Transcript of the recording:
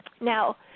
Now